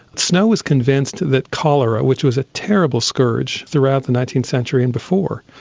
snow was convinced that cholera, which was a terrible scourge throughout the nineteenth century and before,